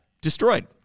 destroyed